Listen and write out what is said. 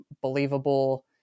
believable